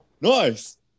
Nice